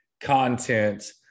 content